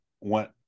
went